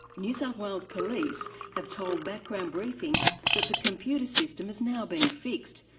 new south wales police have told background briefing that the computer system has now been fixed,